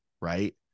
right